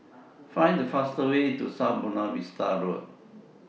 Find The fastest Way to South Buona Vista Road